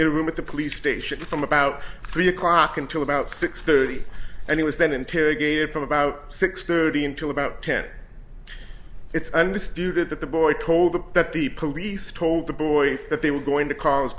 in a room at the police station from about three o'clock until about six thirty and he was then interrogated from about six thirty until about ten it's undisputed that the boy told them that the police told the boy that they were going to call his